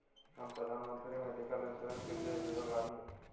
हम प्रधानमंत्री medical insurance के लिए एलिजिबल बानी?